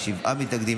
זה שבעה מתנגדים.